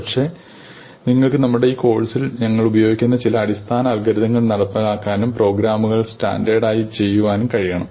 പക്ഷേ നിങ്ങൾക്ക് നമ്മുടെ ഈ കോഴ്സിൽ ഞങ്ങൾ ഉപയോഗിക്കുന്ന ചില അടിസ്ഥാന അൽഗോരിതങ്ങൾ നടപ്പിലാക്കാനും പ്രോഗ്രാമുകൾ സ്റ്റാൻഡേർഡ് ആയി ചെയ്യാനും കഴിയണം